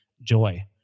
joy